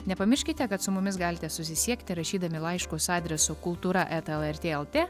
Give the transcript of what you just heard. nepamirškite kad su mumis galite susisiekti rašydami laiškus adresu kultūra eta lrt lt